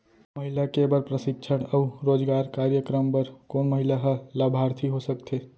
महिला के बर प्रशिक्षण अऊ रोजगार कार्यक्रम बर कोन महिला ह लाभार्थी हो सकथे?